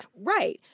Right